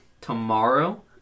tomorrow